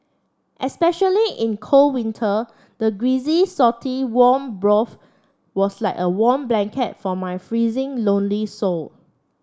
especially in cold winter the greasy salty warm broth was like a warm blanket for my freezing lonely soul